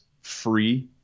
free